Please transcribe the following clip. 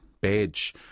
badge